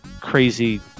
crazy